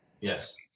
Yes